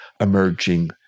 emerging